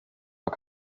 war